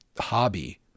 hobby